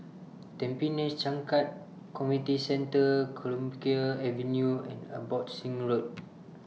Tampines Changkat Community Centre Clemenceau Avenue and Abbotsingh Road